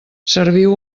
serviu